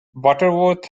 butterworth